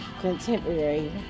contemporary